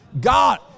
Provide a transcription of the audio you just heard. God